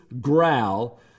growl